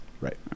Right